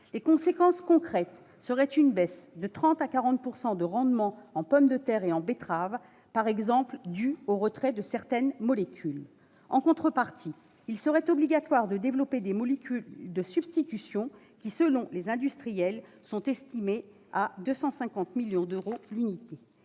Les conséquences concrètes seraient une baisse de 30 % à 40 % du rendement en pommes de terre et en betteraves, par exemple, due au retrait de certaines molécules. En contrepartie, il serait obligatoire de développer des molécules de substitution qui, selon les industriels, sont estimées à 250 millions d'euros l'unité.